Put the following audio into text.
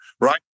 right